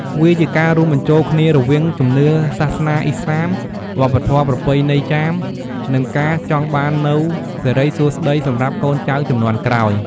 វាជាការរួមបញ្ចូលគ្នារវាង ជំនឿសាសនាឥស្លាម វប្បធម៌ប្រពៃណីចាម និងការចង់បាននូវសិរីសួស្តី សម្រាប់កូនចៅជំនាន់ក្រោយ។